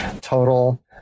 total